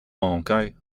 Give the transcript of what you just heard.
manquer